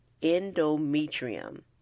endometrium